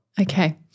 Okay